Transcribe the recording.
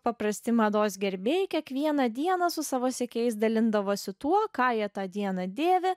paprasti mados gerbėjai kiekvieną dieną su savo sekėjais dalindavosi tuo ką jie tą dieną dėvi